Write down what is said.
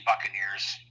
Buccaneers